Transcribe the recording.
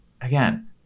again